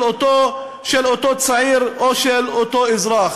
של אותו צעיר או של אותו אזרח?